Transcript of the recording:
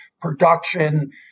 production